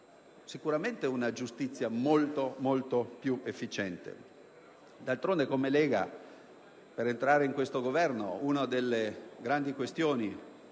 sicuramente una giustizia molto più efficiente. D'altronde, per entrare in questo Governo, una delle grandi questioni